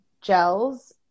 gels